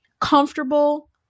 comfortable